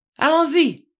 Allons-y